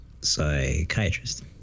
Psychiatrist